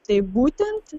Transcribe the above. tai būtent